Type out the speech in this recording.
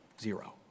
Zero